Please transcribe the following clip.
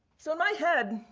so, my head,